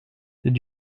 did